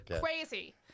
crazy